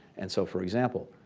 and so for example,